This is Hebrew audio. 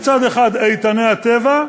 מצד אחד איתני הטבע,